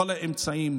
כל האמצעים,